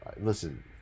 Listen